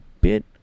bit